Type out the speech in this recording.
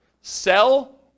sell